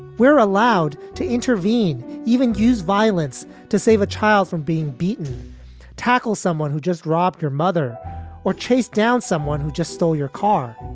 we're allowed to intervene, even use violence to save a child from being beaten tackle someone who just robbed your mother or chased down someone who just stole your car.